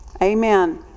Amen